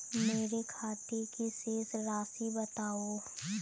मेरे खाते की शेष राशि बताओ?